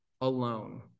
alone